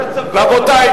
הרשות לפיתוח כלכלי,